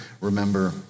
remember